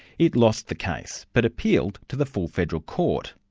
it lost the case, but appealed to the full federal court.